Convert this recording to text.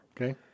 Okay